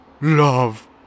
love